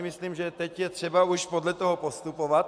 Myslím si, že teď je třeba už podle toho postupovat.